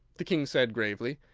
the king said gravely,